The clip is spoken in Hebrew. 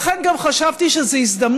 לכן גם חשבתי שזו הזדמנות,